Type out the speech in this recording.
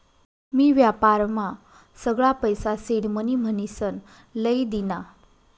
मी व्यापारमा सगळा पैसा सिडमनी म्हनीसन लई दीना